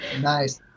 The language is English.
Nice